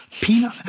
Peanut